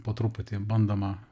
po truputį bandoma